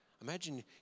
Imagine